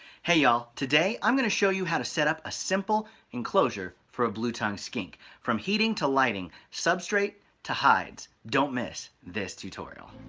hey y'all! today i'm going to show you how to set up a simple enclosure for a blue tongue skink from heating to lighting substrate to hides. don't miss this tutorial.